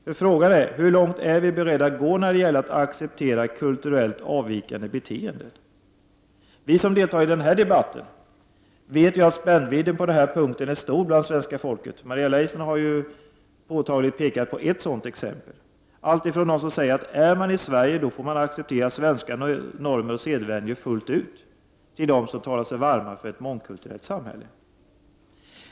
För frågan är hur långt vi är beredda att gå när det gäller att acceptera kulturellt avvikande beteenden. Vi som deltar i den här debatten vet att spännvidden på den här punkten är stor bland svenska folket. Maria Leissner har pekat på ett sådant påtagligt exempel. Här finns uttalanden — alltifrån dem som säger att ”är man i Sverige, då får man acceptera svenska normer och sedvänjor fullt ut”, till dem som talar sig varma för ett mångkulturellt samhälle.